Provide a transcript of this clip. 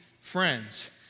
friends